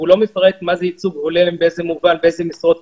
זה נושאים שהגיעו ממי שהעלה את ההצעות בעבר.